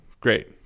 Great